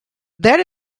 that